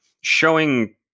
showing